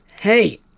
Hey